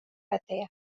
alkatea